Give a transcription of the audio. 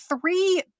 three